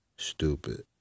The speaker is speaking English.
stupid